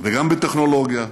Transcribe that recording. גם בטכנולוגיה,